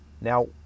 Now